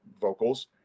vocals